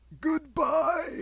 GOODBYE